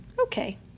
Okay